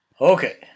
Okay